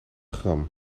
gram